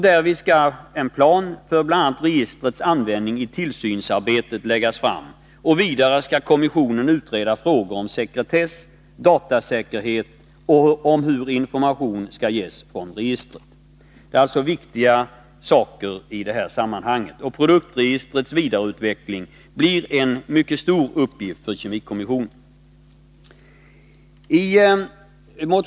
Därvid skall en plan för bl.a. registrets användning i tillsynsarbetet läggas fram. Vidare skall kommissionen utreda frågor om sekretess, datasäkerhet och om hur information skall ges från registret. Det är viktiga saker i detta sammanhang, och produktregistrets vidareutveckling blir en mycket stor uppgift för kemikommissionen.